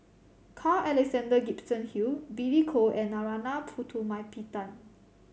Carl Alexander Gibson Hill Billy Koh and Narana Putumaippittan